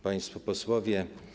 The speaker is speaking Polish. Państwo Posłowie!